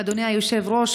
אדוני היושב-ראש,